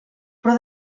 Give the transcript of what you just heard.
però